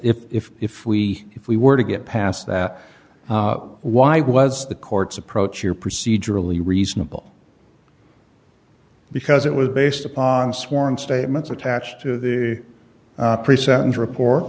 if if if we if we were to get past that why was the court's approach here procedurally reasonable because it was based upon sworn statements attached to the pre sentence report